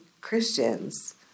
Christians